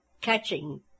catching